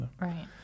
Right